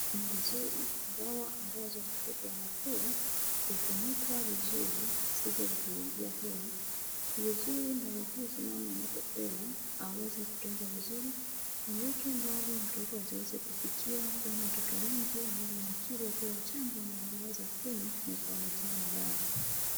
Ni vizuri dawa ambazo mtoto anapewa kufunikwa vizuri visije vikaingia hewa ,ni vizuri dawa hizo mama anapopewa aweze kutunza vizuri, aweke mbali mtoto asiweze kufikia kwani watoto wengi hawana akili wakiwa wachanga na wanaweza kunywa na ikawaletea madhara .